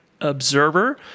observer